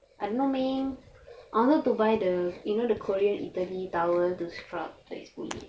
I don't know leh I wanted to buy the you know the korea italy towel to scrub this kulit